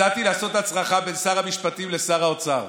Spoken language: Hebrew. הצעתי לעשות הצרחה בין שר המשפטים לשר האוצר,